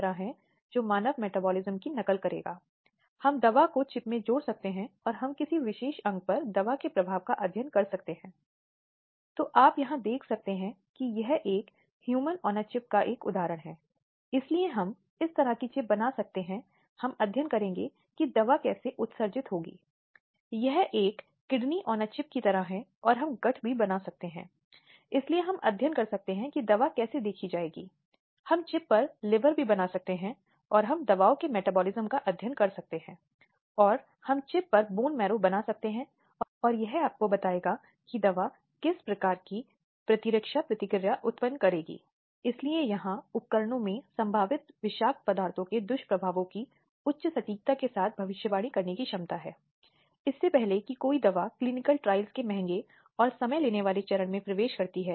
इसके दो अपवाद हैं एक चिकित्सा हस्तक्षेप से संबंधित है जिसमें किसी भी मामले में बलात्कार का अपराध नहीं होना चाहिए और दूसरा वैवाहिक बलात्कार की छूट के संबंध में है यह एक प्रावधान है जिसका उल्लेख हमने पिछले व्याख्यानों में भी किया है पुरुष को अपनी पत्नी पर बलात्कार करने के लिए उत्तरदायी नहीं कहा जा सकता क्योंकि रिश्ते के आधार पर पुरुष और पत्नी के रूप में यह माना जाता है कि उसने उस सब के लिए अपनी सहमति दे दी है जो स्वाभाविक रूप से उस रिश्ते का एक हिस्सा है